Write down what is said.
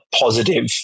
positive